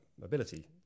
mobility